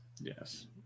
Yes